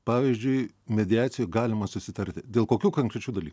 pavyzdžiui mediacijoj galima susitarti dėl kokių konkrečių dalykų